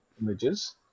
images